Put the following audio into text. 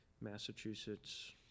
Massachusetts